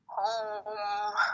home